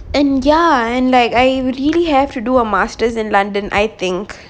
and ya and like I really have to do a masters in london I think